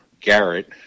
garrett